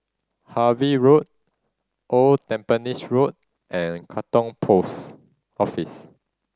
Harvey Road Old Tampines Road and Katong Post Office